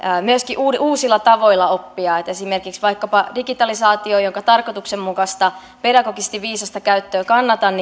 myöskin uusilla tavoilla oppia esimerkiksi vaikkapa digitalisaatiolla jonka tarkoituksenmukaista pedagogisesti viisasta käyttöä kannatan